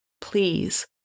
please